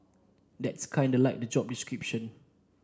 that's kinda like the job description